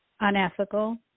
unethical